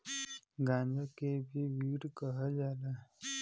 गांजा के भी वीड कहल जाला